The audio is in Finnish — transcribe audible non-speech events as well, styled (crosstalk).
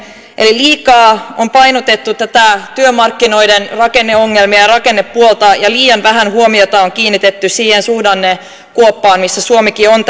eli liikaa on painotettu näitä työmarkkinoiden rakenneongelmia ja rakennepuolta ja liian vähän huomiota on kiinnitetty siihen suhdannekuoppaan missä suomikin on (unintelligible)